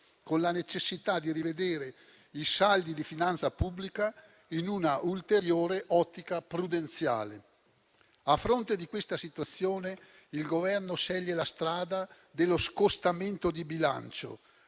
con la necessità di rivedere i saldi di finanza pubblica in una ulteriore ottica prudenziale. A fronte di questa situazione, il Governo sceglie la strada dello scostamento di bilancio,